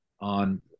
on